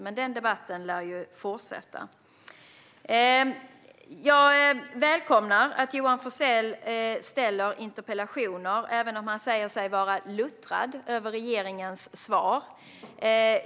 Den debatten lär fortsätta. Jag välkomnar att Johan Forssell ställer interpellationer även om han säger sig vara luttrad av regeringens svar.